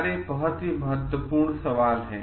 ये बहुत महत्वपूर्ण सवाल हैं